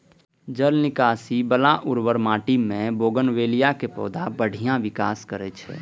जल निकासी बला उर्वर माटि मे बोगनवेलिया के पौधा बढ़िया विकास करै छै